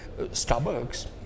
Starbucks